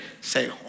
Say